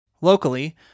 Locally